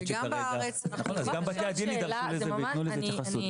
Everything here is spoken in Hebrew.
אז גם בתי הדין ידרשו לזה ויתנו לזה התייחסות.